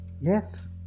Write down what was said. yes